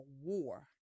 war